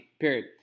period